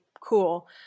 cool